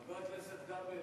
חבר הכנסת כבל,